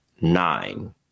nine